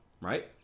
Right